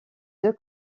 deux